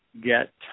get